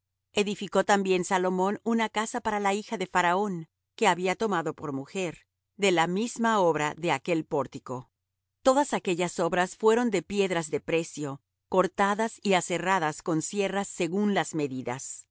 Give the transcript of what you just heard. edificó también salomón una casa para la hija de faraón que había tomado por mujer de la misma obra de aquel pórtico todas aquellas obras fueron de piedras de precio cortadas y aserradas con sierras según las medidas